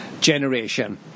Generation